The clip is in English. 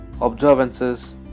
observances